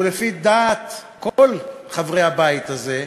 ולפי דעת כל חברי הבית הזה,